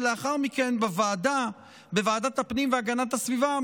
ולאחר מכן בוועדת הפנים והגנת הסביבה,